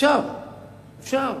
אפשר.